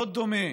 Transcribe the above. לא דומה